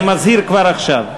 אני מזהיר כבר עכשיו.